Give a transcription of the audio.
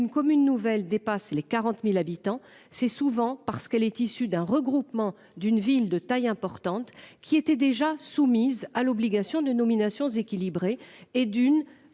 commune nouvelle dépasse les 40.000 habitants, c'est souvent parce qu'elle est issue d'un regroupement d'une ville de taille importante qui était déjà soumises à l'obligation de nominations équilibrées et d'une